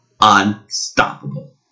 unstoppable